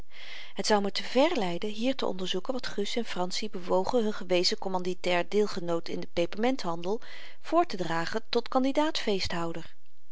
het zou me te vèr leiden hier te onderzoeken wat gus en franssie bewogen hun gewezen kommanditair deelgenoot in den pepermenthandel voortedragen tot kandidaat feesthouder